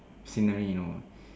scenery you know